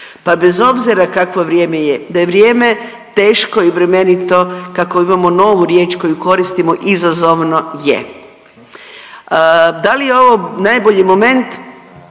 Pa bez obzira kakvo vrijeme je, da je vrijeme teško i bremenito, kako imamo novu riječ koju koristimo, izazovno, je. Da li je ovo najbolji moment,